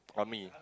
army